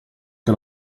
che